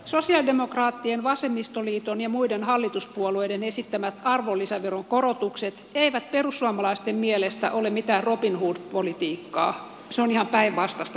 sosialidemokraattien vasemmistoliiton ja muiden hallituspuolueiden esittämät arvonlisäveron korotukset eivät perussuomalaisten mielestä ole mitään robinhood politiikkaa se on ihan päinvastaista politiikkaa